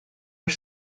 are